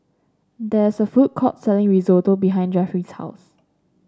there is a food court selling Risotto behind Jeffry's house